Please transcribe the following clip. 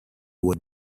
would